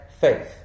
faith